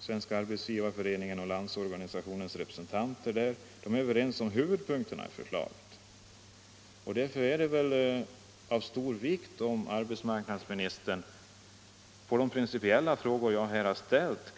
Svenska arbetsgivareföreningen och Landsorganisationens representanter redan överens om huvudpunkterna i förslaget. Därför är det av stor vikt om arbetsmarknadsministern kan ge ett svar på de principiella frågor jag här ställt.